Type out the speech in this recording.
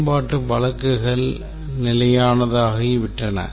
பயன்பாட்டு வழக்குகள் நிலையானதாகிவிட்டன